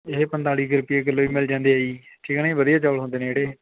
ਇਹ ਪੰਤਾਲੀ ਕੁ ਰੁਪਈਏ ਕਿਲੋ ਵੀ ਮਿਲ ਜਾਂਦੇ ਆ ਜੀ ਠੀਕ ਆ ਨਾ ਵਧੀਆ ਚੌਲ ਹੁੰਦੇ ਨੇ ਜਿਹੜੇ